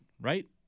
right